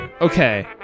Okay